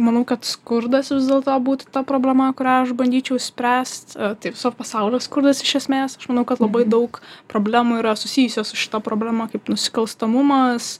manau kad skurdas vis dėlto būtų ta problema kurią aš bandyčiau spręst tai viso pasaulio skurdas iš esmės aš manau kad labai daug problemų yra susijusios su šita problema kaip nusikalstamumas